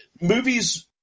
movies